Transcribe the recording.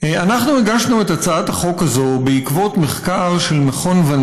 אנחנו הגשנו את ההצעה הזאת בעקבות מחקר של מכון ון